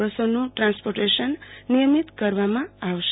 બસોનું transportation નિયમિત કરવામાં આવશે